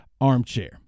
ARMCHAIR